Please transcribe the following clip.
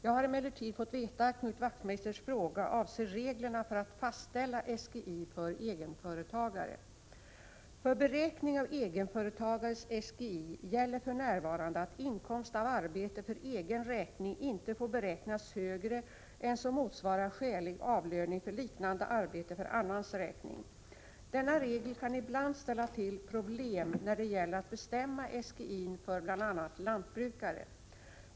Jag har emellertid fått veta att Knut Wachtmeisters fråga avser reglerna för att fastställa SGI för egenföretagare. För beräkning av egenföretagares SGI gäller för närvarande att inkomst av arbete för egen räkning inte får beräknas högre än att den motsvarar skälig avlöning för liknande arbete för annans räkning. Denna regel kan ibland ställa till problem när det gäller att bestämma SGI:n för bl.a. lantbrukare.